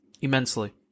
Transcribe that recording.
Immensely